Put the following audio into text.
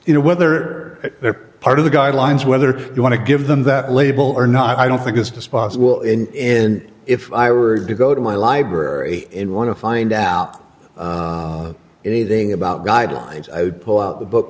you know whether they're part of the guidelines whether you want to give them that label or not i don't think it's just possible in if i were to go to my library in want to find out anything about guidelines i would pull out the book